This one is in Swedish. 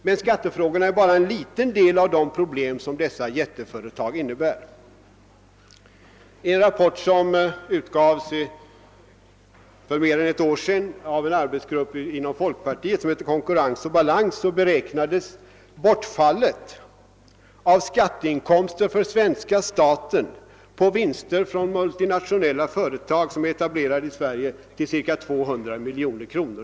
Men skattefrågorna är bara en liten del av de problem som dessa jätteföretag innebär. I en rapport som avgavs för mer än ett år sedan av en arbetsgrupp inom folkpartiet och som heter Konkurrens och balans beräknades bortfallet av skatteinkomster för svenska staten på vinster från multinationella företag, etablerade i Sverige, till ca 200 miljoner kronor.